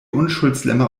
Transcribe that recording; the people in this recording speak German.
unschuldslämmer